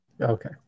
Okay